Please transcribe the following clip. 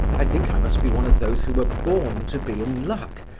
i think i must be one of those who are born to be in luck,